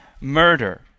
murder